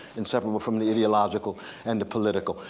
inseparable from the ideological and the political.